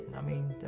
i mean,